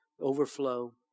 overflow